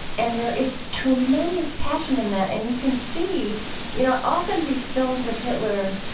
and there is tremendous passion in that, and you can see you know, often these films of hitler